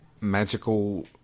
magical